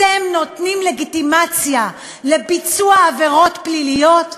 אתם נותנים לגיטימציה לביצוע עבירות פליליות?